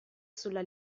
sulla